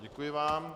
Děkuji vám.